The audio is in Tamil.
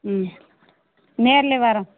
ம் நேரிலே வர்றோம்